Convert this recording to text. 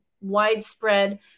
widespread